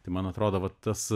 tai man atrodo vat tas